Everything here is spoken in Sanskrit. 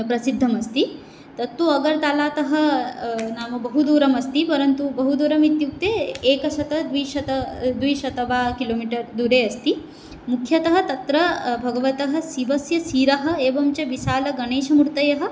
प्रसिद्धम् अस्ति तत्तु अगर्तालातः नाम बहुदूरम् अस्ति परन्तु बहुदूरमित्युक्ते एकशतं द्विशतं द्विशतं वा किलोमीटर् दूरे अस्ति मुख्यतः तत्र भगवतः शिवस्य शिरः एवं च विशालगणेशमूर्तयः